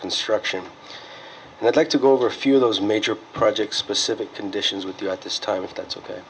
construction and i'd like to go over a few of those major project specific conditions with you at this time if that's ok